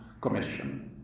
commission